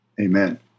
amen